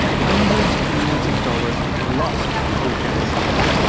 hundreds of millions of dollars were lost through jack's scheme.